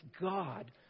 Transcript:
God